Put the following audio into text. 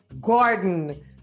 Gordon